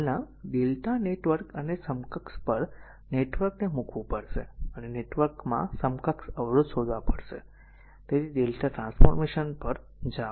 હાલના Δ નેટવર્ક અને સમકક્ષ પર નેટવર્ક ને મુકવું પડશે અને નેટવર્ક માં સમકક્ષ અવરોધ શોધવા પડશે તેથી Δ ટ્રાન્સફોર્મેશન પર જાઓ